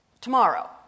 tomorrow